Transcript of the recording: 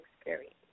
experience